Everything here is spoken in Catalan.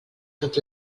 tot